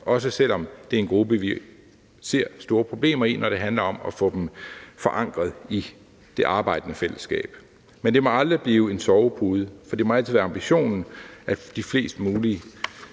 også selv om det er en gruppe, vi ser store problemer i, når det handler om at få dem forankret i det arbejdende fællesskab, men det må aldrig blive en sovepude, for det må altså være ambitionen, at flest mulige,